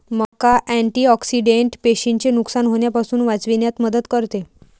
मका अँटिऑक्सिडेंट पेशींचे नुकसान होण्यापासून वाचविण्यात मदत करते